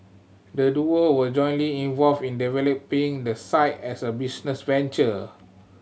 the duo were jointly involved in developing the site as a business venture